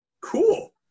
Cool